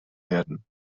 werden